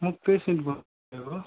म क्रिसिनफर बोलेको